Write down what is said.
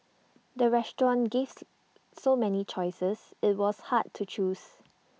the restaurant gave so many choices IT was hard to choose